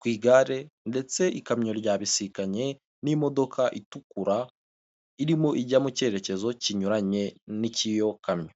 ku igare ndetse ikamyo ryabisikanye n'imodoka itukura, irimo ijya mu cyerekezo kinyuranye n'icy'iyo kamyo.